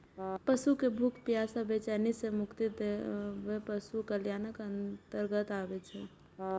पशु कें भूख, प्यास आ बेचैनी सं मुक्ति दियाएब पशु कल्याणक अंतर्गत आबै छै